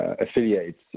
affiliates